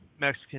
Mexican